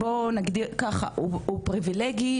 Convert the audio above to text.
הוא פריבילגי,